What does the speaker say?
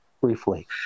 briefly